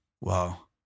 Wow